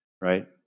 Right